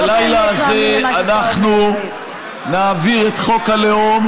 הלילה הזה אנחנו נעביר את חוק הלאום,